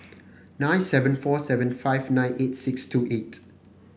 nine seven four seven five nine eight six two eight